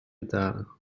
betalen